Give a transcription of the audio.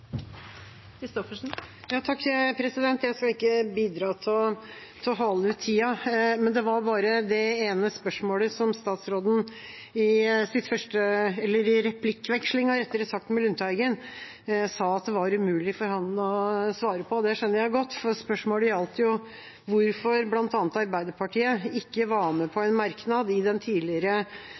Jeg skal ikke bidra til å hale ut tida, det var bare det ene spørsmålet som statsråden i replikkvekslingen med Lundteigen sa at det var umulig for ham å svare på. Det skjønner jeg godt, for spørsmålet gjaldt jo hvorfor bl.a. Arbeiderpartiet ikke var med på en merknad til den tidligere